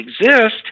exist